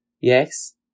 yes